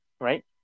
right